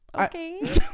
Okay